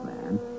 man